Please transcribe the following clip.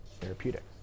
therapeutics